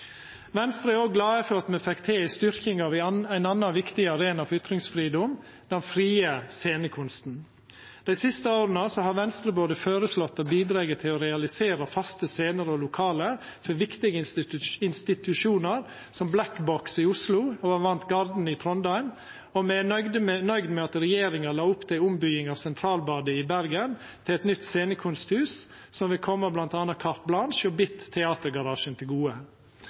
Venstre er òg glade for at me fekk til ei styrking av ein annan viktig arena for ytringsfridom – den frie scenekunsten. Dei siste åra har Venstre både føreslege og bidrege til å realisera faste scener og lokale for viktige institusjonar, som Black Box i Oslo og Avant Garden i Trondheim, og me er nøgde me at regjeringa la opp til ombygging av Sentralbadet i Bergen til eit nytt scenekunsthus som vil koma bl.a. Carte Blanche og BIT Teatergarasjen til gode.